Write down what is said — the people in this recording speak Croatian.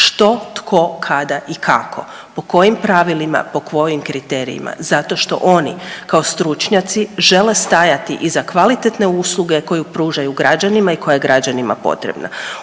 što, tko, kada i kako, po kojim pravilima, po kojim kriterijima. Zato što oni kao stručnjaci žele stajati iza kvalitetne usluge koju pružaju građanima i koja je građanima potrebna.